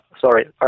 sorry